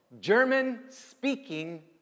German-speaking